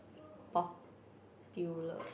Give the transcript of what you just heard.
popular